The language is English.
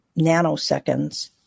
nanoseconds